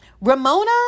Ramona